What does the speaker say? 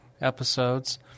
episodes